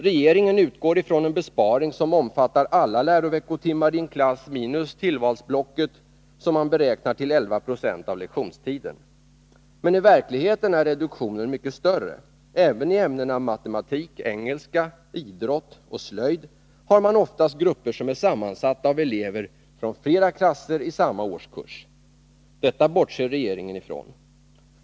Regeringen utgår ifrån en besparing som omfattar alla läroveckotimmar i en klass minus tillvalsblocket, som man beräknar till 1196 av lektionstiden. Men i verkligheten är reduktionen mycket större. Även i ämnena matematik, engelska, idrott och slöjd har man oftast grupper som är sammansatta av elever från flera klasser i samma årskurs. Detta bortser regeringen ifrån.